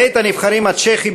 בית-הנבחרים הצ'כי,